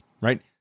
Right